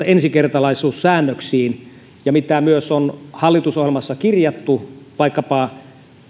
ensikertalaisuussäännöksiin ja kuin mitä hallitusohjelmassa on kirjattu vaikkapa